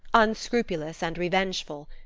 unscrupulous and revengeful.